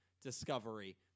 discovery